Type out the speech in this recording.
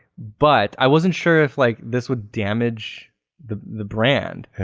but i wasn't sure if like this would damage the the brand.